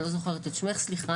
אני לא זוכרת את שמך סליחה,